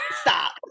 Stop